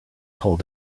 told